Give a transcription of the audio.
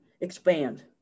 expand